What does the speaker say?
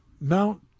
Mount